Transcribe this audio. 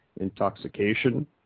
intoxication